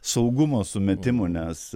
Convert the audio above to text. saugumo sumetimų nes